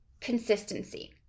consistency